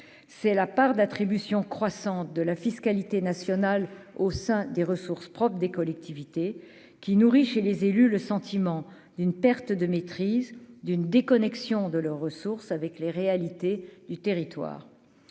c'est la part d'attribution croissante de la fiscalité nationale au sein des ressources propres des collectivités qui nourrit chez les élus, le sentiment d'une perte de maîtrise d'une déconnexion de leurs ressources avec les réalités du territoire,